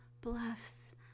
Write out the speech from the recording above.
bluffs